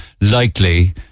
likely